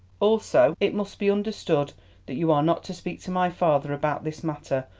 also, it must be understood that you are not to speak to my father about this matter,